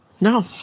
no